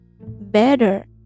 better